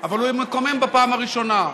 אבל הוא מקומם בפעם הראשונה,